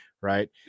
right